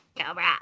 Cobra